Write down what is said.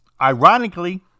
Ironically